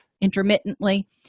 intermittently